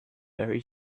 very